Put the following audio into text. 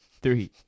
Three